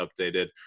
updated